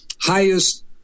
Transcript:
highest